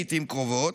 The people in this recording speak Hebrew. לעיתים קרובות,